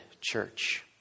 church